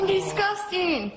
disgusting